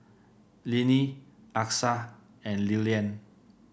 Linnie Achsah and Lilyan